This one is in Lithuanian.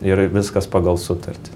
ir viskas pagal sutartį